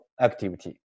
activity